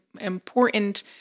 important